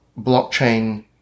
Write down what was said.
Blockchain